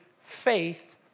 faith